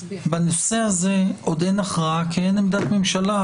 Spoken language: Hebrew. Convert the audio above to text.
בנושא הזה עוד אין הכרעה כי אין עמדת ממשלה,